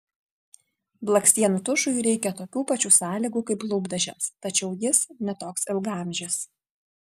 blakstienų tušui reikia tokių pačių sąlygų kaip lūpdažiams tačiau jis ne toks ilgaamžis